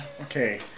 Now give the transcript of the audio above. Okay